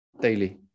daily